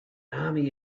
army